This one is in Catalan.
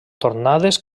tornades